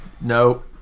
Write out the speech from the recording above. No